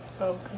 Okay